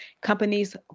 Companies